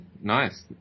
nice